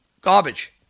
Garbage